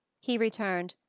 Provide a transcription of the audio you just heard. he returned,